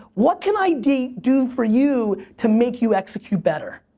what can i do do for you to make you execute better?